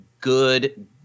good